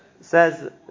says